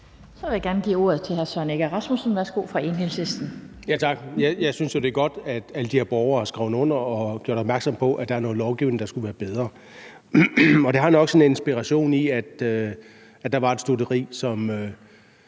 Enhedslisten. Værsgo. Kl. 17:55 Søren Egge Rasmussen (EL): Tak. Jeg synes jo, det er godt, at alle de her borgere har skrevet under på og gjort opmærksom på, at der er noget lovgivning, der skulle være bedre. Det har nok sin inspiration i, at der var et stutteri, som